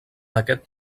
aquest